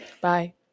Bye